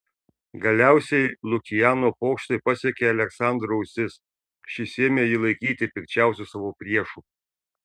galiausiai lukiano pokštai pasiekė aleksandro ausis šis ėmė jį laikyti pikčiausiu savo priešu